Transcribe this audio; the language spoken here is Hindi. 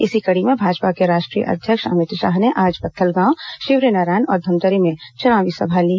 इसी कड़ी में भाजपा के राष्ट्रीय अध्यक्ष अमित शाह ने आज पत्थलगांव शिवरीनारायण और धमतरी में चुनावी सभा ली